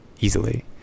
easily